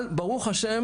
אבל ברוך ה',